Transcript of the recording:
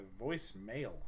voicemail